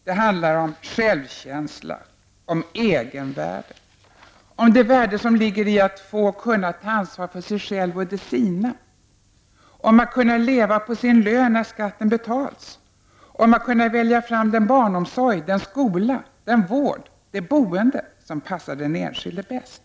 Det handoch egenvärde, om det värde som ligger i att få och kunna ta ansvar för sig själv och de sina. Om att kunna leva på sin lön när skatten betalts. Om att kunna välja den barnomsorg, den skola, den vård eller det boende som passar den enskilde bäst.